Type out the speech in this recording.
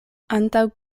antaŭ